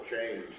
change